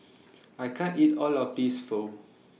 I can't eat All of This Pho